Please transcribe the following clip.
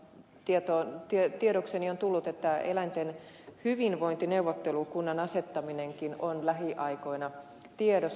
toisaalta tiedokseni on tullut että eläinten hyvinvointineuvottelukunnan asettaminenkin on lähiaikoina tiedossa